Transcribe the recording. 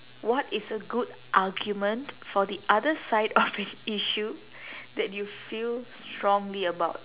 what is a good argument for the other side of an issue that you feel strongly about